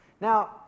Now